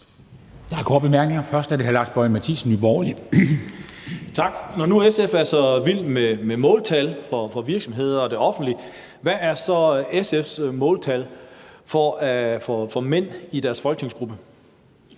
Nye Borgerlige. Kl. 13:35 Lars Boje Mathiesen (NB): Tak. Når nu SF er så vild med måltal for virksomheder og det offentlige, hvad er så SF's måltal for mænd i deres folketingsgruppe?